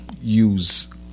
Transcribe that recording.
use